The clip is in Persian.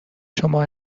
شما